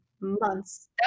months